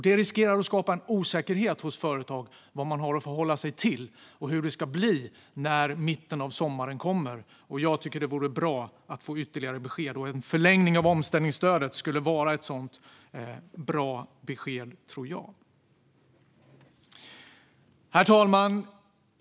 Detta riskerar att skapa en osäkerhet hos företag om vad de har att förhålla sig till och hur det ska bli när mitten av sommaren kommer. Jag tycker att det vore bra att få ytterligare besked, och en förlängning av omställningsstödet tror jag skulle vara ett bra sådant besked. Herr talman!